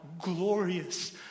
glorious